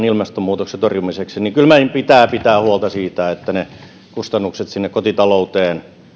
ilmastonmuutoksen torjumiseksi niin kyllä meidän pitää pitää huolta siitä että kustannukset kotitaloudelle